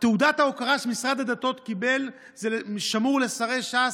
תעודת ההוקרה שמשרד הדתות קיבל, זה שמור לשרי ש"ס: